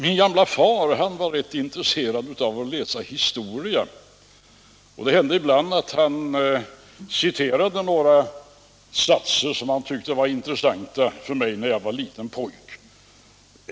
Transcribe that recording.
Min gamle far var rätt intresserad av att läsa historia, och det hände ibland när jag var en liten pojke att han citerade några satser för mig som han tyckte var intressanta.